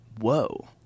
Whoa